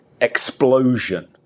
explosion